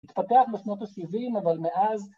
התפתח בשנות ה-70 אבל מאז